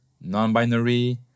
non-binary